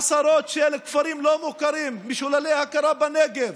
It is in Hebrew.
עשרות כפרים לא מוכרים, משוללי הכרה, בנגב.